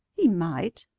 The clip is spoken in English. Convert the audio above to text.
he might,